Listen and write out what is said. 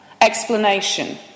explanation